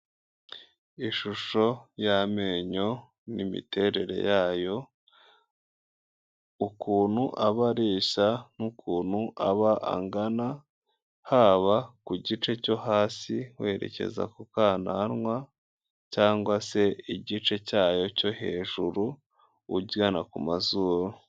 Ishusho y'amenyo n'imiterere yayo, ukuntu abareshya n'ukuntu aba angana, haba ku gice cyo hasi werekeza ku kananwa cyangwa se igice cyayo cyo hejuru ugana ku mazuru.